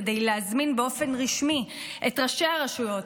כדי להזמין באופן רשמי את ראשי הרשויות,